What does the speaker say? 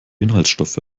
inhaltsstoffe